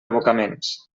abocaments